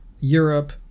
Europe